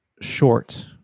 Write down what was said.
short